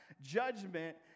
judgment